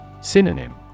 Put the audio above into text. Synonym